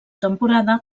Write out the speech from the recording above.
temporada